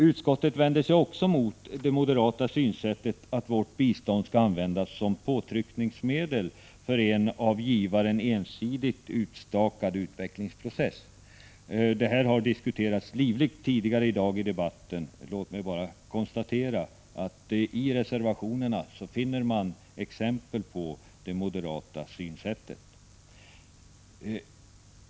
Utskottsmajoriteten vänder sig också mot det moderata synsättet att vårt bistånd skall användas som påtryckningsmedel för en av givaren ensidigt utstakad utvecklingsprocess. Detta har diskuterats livligt tidigare i dag i debatten; låt mig bara konstatera att i reservationerna finner man exempel på det moderata synsättet.